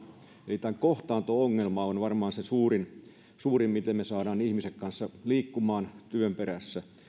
eli tämä kohtaanto ongelma on varmaan se suurin asia se miten me saamme ihmiset kanssa liikkumaan työn perässä